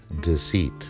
deceit